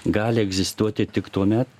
gali egzistuoti tik tuomet